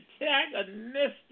Antagonistic